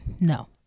No